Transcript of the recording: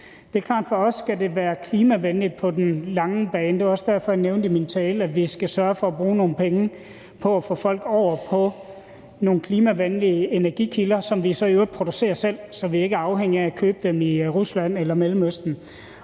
Det er klart, at det for os skal være klimavenligt på den lange bane. Det er også derfor, at jeg nævnte i min tale, at vi skal sørge for at bruge nogle penge på at få folk over på nogle klimavenlige energikilder, som vi så i øvrigt producerer selv, så vi ikke er afhængige af at købe dem i Rusland eller Mellemøsten.